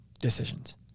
decisions